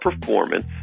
performance